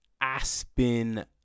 Aspen